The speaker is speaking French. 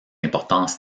importance